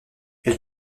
elle